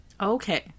Okay